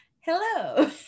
hello